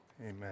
amen